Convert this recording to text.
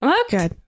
okay